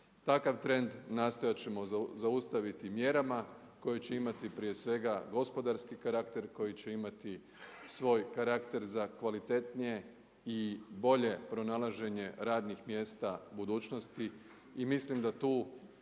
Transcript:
Takav trend nastojat ćemo zaustaviti mjerama koje će imati prije svega gospodarski karakter, koji će imati svoj karakter za kvalitetnije i bolje pronalaženje radnih mjesta budućnosti i mislim da tu